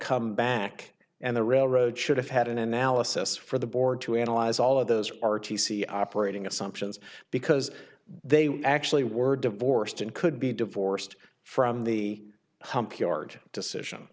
come back and the railroad should have had an analysis for the board to analyze all of those r t c operating assumptions because they actually were divorced and could be divorced from the hump yard decision